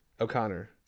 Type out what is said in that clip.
O'Connor